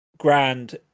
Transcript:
grand